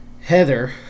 Heather